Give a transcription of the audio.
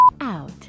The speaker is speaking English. out